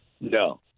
No